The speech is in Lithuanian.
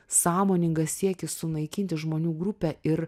sąmoningas siekis sunaikinti žmonių grupę ir